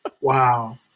Wow